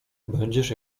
będziesz